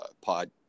pod